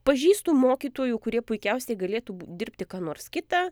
pažįstu mokytojų kurie puikiausiai galėtų dirbti ką nors kita